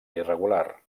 irregular